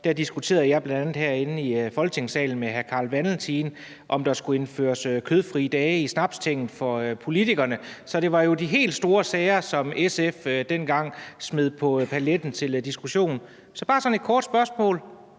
diskuterede med hr. Carl Valentin herinde i Folketingssalen, om der skulle indføres kødfrie dage i Snapstinget for politikerne. Så det var jo de helt store sager, som SF dengang smed på paletten til diskussion. Så det er bare sådan et kort spørgsmål: